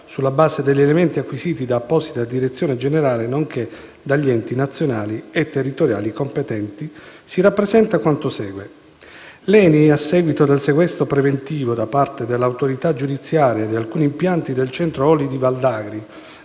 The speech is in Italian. sulla base degli elementi acquisiti da apposita direzione generale, nonché dagli enti nazionali e territoriali competenti, si rappresenta quanto segue. L'ENI, a seguito del sequestro preventivo da parte dell'autorità giudiziaria di alcuni impianti del Centro Olio Val D'Agri